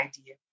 idea